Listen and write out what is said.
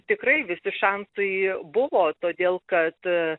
tikrai visi šansai buvo todėl kad